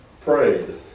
prayed